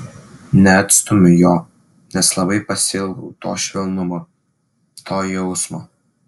neatstumiu jo nes labai pasiilgau to švelnumo to jausmo